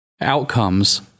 outcomes